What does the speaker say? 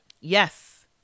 Yes